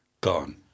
gone